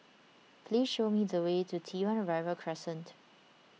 please show me the way to T one Arrival Crescent